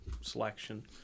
selection